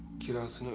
kilos